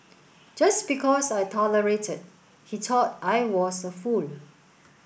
just because I tolerated he thought I was a fool